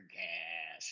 gas